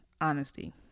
honesty